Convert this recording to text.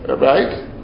right